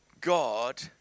God